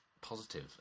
positive